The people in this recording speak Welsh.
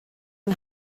yng